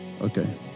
Okay